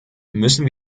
müssen